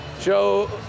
Joe